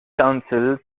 council